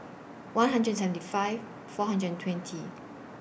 one hundred and seventy five four hundred and twenty